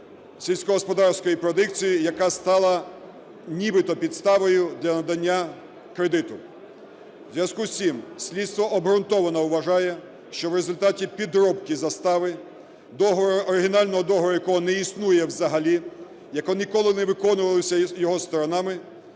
сільськогосподарської продукції, яка стала нібито підставою для надання кредиту. В зв'язку з цим слідство обґрунтовано вважає, що в результаті підробки застави оригінального договору, якого не існує взагалі, який ніколи не виконувався його сторонами,